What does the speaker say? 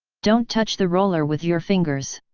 don't touch the roller with your fingers.